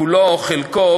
כולו או חלקו,